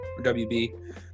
WB